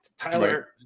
Tyler